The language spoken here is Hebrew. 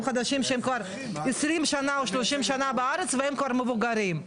חדשים שהם כבר 20 שנה או 30 שנה בארץ והם כבר מבוגרים,